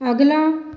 ਅਗਲਾ